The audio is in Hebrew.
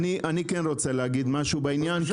אני רוצה להגיד משהו בעניין,